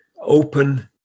open